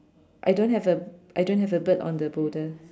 I don't have a I don't have a bird on the boulder